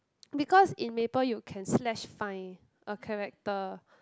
because in Maple you can slash find a character